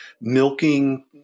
milking